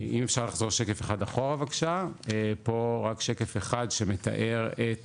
נחזור שקף אחד אחורה אל שקף שמתאר את